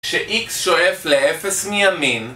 שאיקס שואף ל-0 מימין